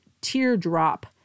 Teardrop